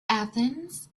athens